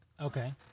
Okay